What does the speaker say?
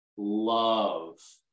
love